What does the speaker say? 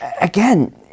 Again